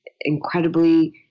incredibly